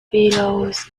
fellows